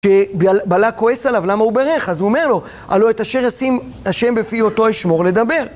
שבלק כועס עליו, למה הוא ברך? אז הוא אומר לו, הלא את אשר ישים השם בפי אותו אשמור לדבר.